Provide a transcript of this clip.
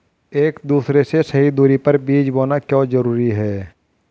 एक दूसरे से सही दूरी पर बीज बोना क्यों जरूरी है?